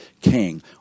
king